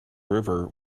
river